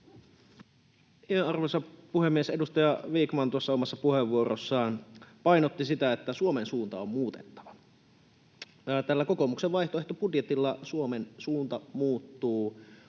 Arvoisa puhemies! Edustaja Vikman tuossa omassa puheenvuorossaan painotti sitä, että Suomen suunta on muutettava. Tällä kokoomuksen vaihtoehtobudjetilla Suomen suunta muuttuu